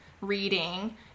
reading